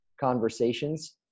conversations